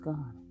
God